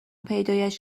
پیداش